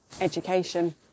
education